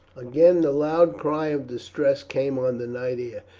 again the loud cry of distress came on the night air.